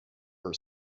her